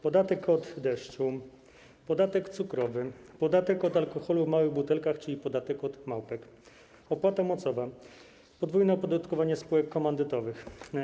Podatek od deszczu, podatek cukrowy, podatek od alkoholu w małych butelkach, czyli podatek od tzw. małpek, opłata mocowa, podwójne opodatkowanie spółek komandytowych.